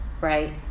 right